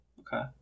Okay